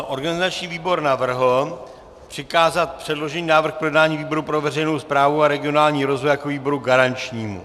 Organizační výbor navrhl přikázat předložený návrh k projednání výboru pro veřejnou správu a regionální rozvoj jako výboru garančnímu.